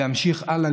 להמשיך הלאה,